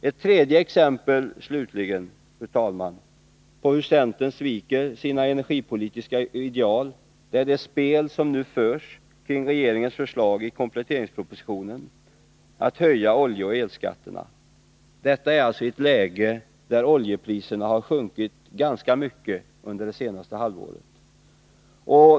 Det tredje exemplet, fru talman, på hur centern sviker sina energipolitiska ideal är det spel som nu förs kring regeringsförslaget i kompletteringspropositionen att höja oljeoch elskatterna — detta alltså i ett läge där oljepriserna har sjunkit ganska mycket under det senaste halvåret.